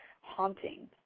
haunting